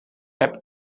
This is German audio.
app